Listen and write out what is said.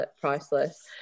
priceless